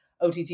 OTT